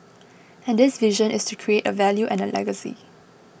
and this vision is to create a value and a legacy